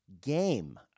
game